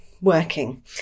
working